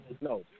No